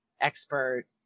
expert